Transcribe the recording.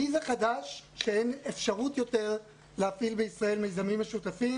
לי זה חדש שאין אפשרות יותר להפעיל בישראל מיזמים משותפים.